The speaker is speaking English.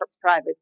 private